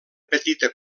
petita